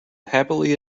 happily